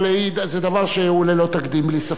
אבל זה דבר שהוא ללא תקדים, בלי ספק.